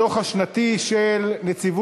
הצעות